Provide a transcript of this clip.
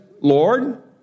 Lord